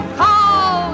call